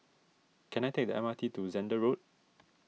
can I take the M R T to Zehnder Road